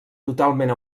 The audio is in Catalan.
totalment